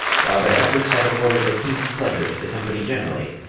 while their efforts had afforded the keenest pleasure to the company generally,